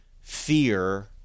fear